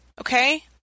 okay